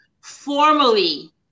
formally